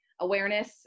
Awareness